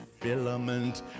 filament